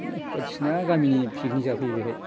बायदिसिना गामिनि पिकनिक जाफैयो बेहाय